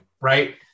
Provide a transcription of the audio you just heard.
right